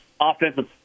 offensive